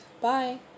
Bye